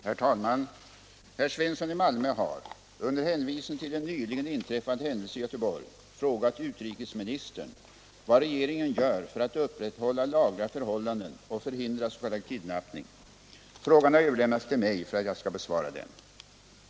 Herr talman! Herr Svensson i Malmö har — under hänvisning till en nyligen inträffad händelse i Göteborg — frågat utrikesministern vad regeringen gör för att upprätthålla lagliga förhållanden och förhindra s.k. kidnappning. Frågan har överlämnats till mig för att jag skall besvara den.